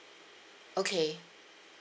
okay